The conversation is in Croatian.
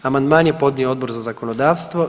Amandman je podnio Odbor za zakonodavstvo.